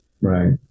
Right